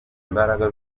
imbaraga